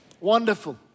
Wonderful